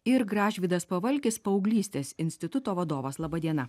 ir gražvydas pavalkis paauglystės instituto vadovas laba diena